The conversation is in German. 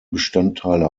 bestandteile